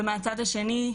מהצד השני,